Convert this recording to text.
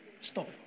stop